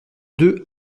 deux